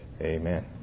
Amen